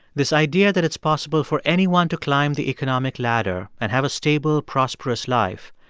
this idea that it's possible for anyone to climb the economic ladder and have a stable, prosperous life,